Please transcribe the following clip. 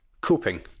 Coping